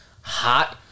hot